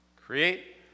Create